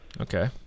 Okay